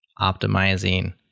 optimizing